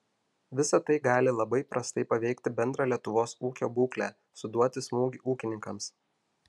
visa tai gali labai prastai paveikti bendrą lietuvos ūkio būklę suduoti smūgį ūkininkams